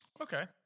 okay